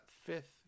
fifth